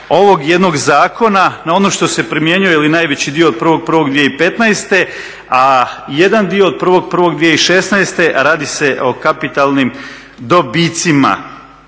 ovog jednog zakona na ono što se primjenjuje ili najveći dio od 01.01.2015., a jedan dio od 01.01.2016., radi se o kapitalnim dobitcima.